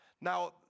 Now